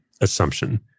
assumption